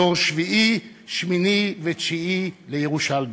דור שביעי, שמיני ותשיעי לירושלמים,